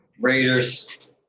Raiders